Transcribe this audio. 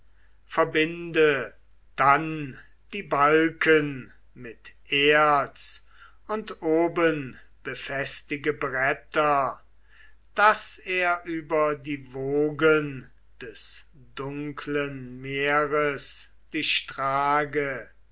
verbinde dann die balken mit erz und oben befestige bretter daß er über die wogen des dunklen meeres dich trage